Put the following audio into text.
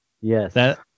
Yes